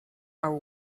are